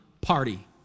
party